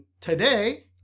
today